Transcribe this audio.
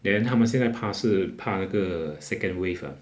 then 他们现在怕是怕那个 second wave ah